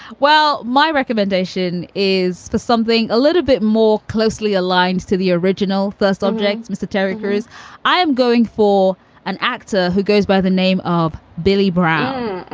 well, my recommendation is something a little bit more closely aligned to the original first objects. mr. teleworkers, i am going for an actor who goes by the name of billy brown.